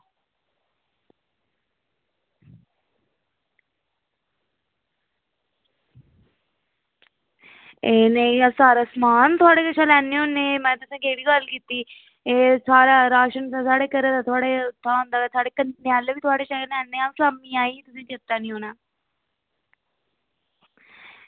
एह् नेईं अस सारा समान थुआढ़े कशा लैन्ने होन्ने में तुसें केह्ड़ी गल्ल कीती एह् सारा राशन साढ़े घरै दा थुआढ़े उत्थुआं औंदा ते साढ़े कन्नै आह्ले बी थुआढ़े शा गै लैन्ने आं शाम्मी आइयै तुसेंगी चेता निं होना